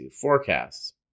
forecasts